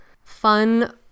fun